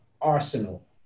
arsenal